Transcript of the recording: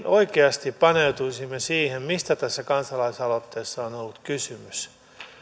oikeasti paneutuisimme siihen mistä tässä kansalaisaloitteessa on on ollut kysymys